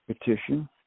petition